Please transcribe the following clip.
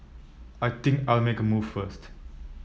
I think I'll make a move first